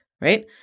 right